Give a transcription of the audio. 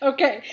Okay